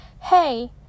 hey